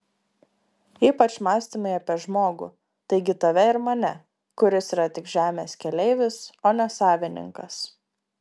ypač mąstymai apie žmogų taigi tave ir mane kuris yra tik žemės keleivis o ne savininkas